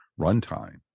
runtime